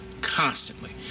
constantly